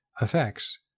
effects